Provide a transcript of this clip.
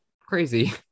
crazy